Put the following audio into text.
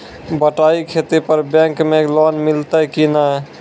बटाई खेती पर बैंक मे लोन मिलतै कि नैय?